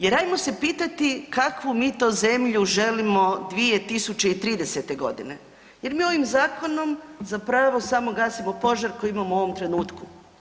Jer ajmo se pitati kakvu mi to zemlju želimo 2030. godine, jer mi ovim zakonom zapravo samo gasimo požar koji imamo u ovom trenutku.